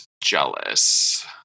jealous